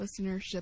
listenership